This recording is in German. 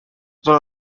sonn